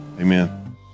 Amen